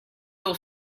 you